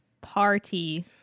Party